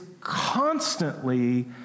constantly